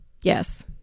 Yes